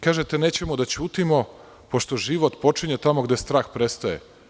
Kažete nećemo da ćutimo pošto život počinje tamo gde strah prestaje.